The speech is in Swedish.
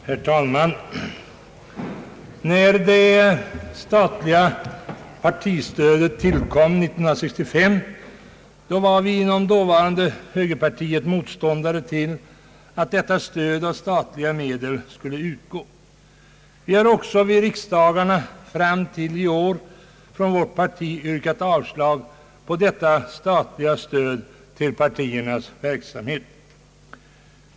Herr talman! När det statliga partistödet tillkom 1965 var vi inom dåvarande högerpartiet motståndare till att detta stöd av statliga medel skulle utgå. Vårt parti har också vid riksdagarna fram till i år yrkat avslag på detta statliga stöd till partiernas verksamhet.